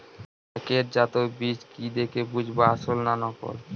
প্যাকেটজাত বীজ কি দেখে বুঝব আসল না নকল?